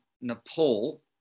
Nepal